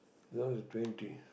now is twenty